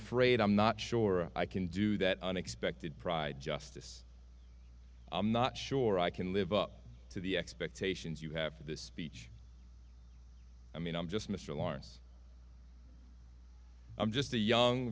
afraid i'm not sure i can do that unexpected pride justice i'm not sure i can live up to the expectations you have for this speech i mean i'm just mr lawrence i'm just a young